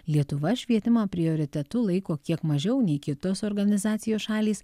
lietuva švietimą prioritetu laiko kiek mažiau nei kitos organizacijos šalys